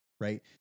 right